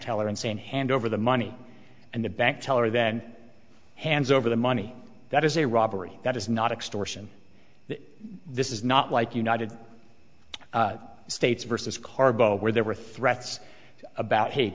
teller and saying hand over the money and the bank teller then hands over the money that is a robbery that is not extortion this is not like united states versus carbo where there were threats about hey